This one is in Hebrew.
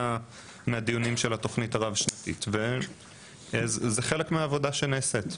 מהדיונים של התוכנית הרב שנתית וזה חלק מהעבודה שנעשית.